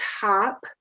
top